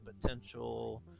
potential